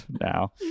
now